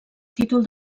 títol